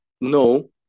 No